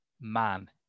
Man